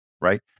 right